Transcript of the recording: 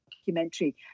documentary